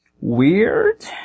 Weird